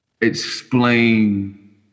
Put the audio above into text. explain